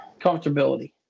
Comfortability